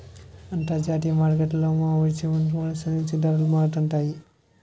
అంతర్జాతీయ మార్కెట్లో ముడిచమురులను అనుసరించి ధరలు మారుతుంటాయి